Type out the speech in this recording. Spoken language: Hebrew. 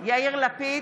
יאיר לפיד,